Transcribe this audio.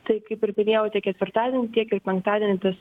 tai kaip ir minėjau tiek ketvirtadienį tiek ir penktadienį tas